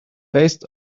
based